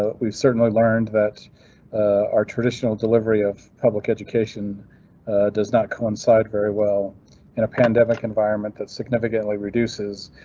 ah we've certainly learned that our traditional delivery of public education does not coincide very well in a pandemic environment that significantly reduces,